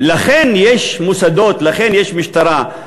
לכן יש מוסדות, לכן יש משטרה,